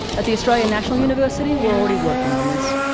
at the australian national university, we are already working on this.